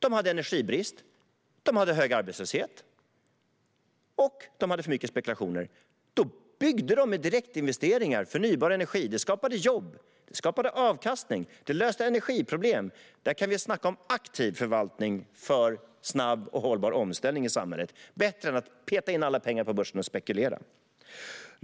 De hade energibrist, hög arbetslöshet och för mycket spekulation. Då byggde de med direktinvesteringar förnybar energi. Det skapade jobb, det skapade avkastning och det löste energiproblem. Där kan vi snacka om aktiv förvaltning för snabb och hållbar omställning i samhället - bättre än att peta in alla pengar på börsen och spekulera.